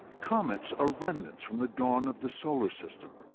comets are remnants from the dawn of the solar system,